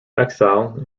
exile